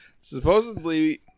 Supposedly